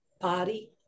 body